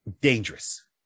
dangerous